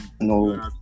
no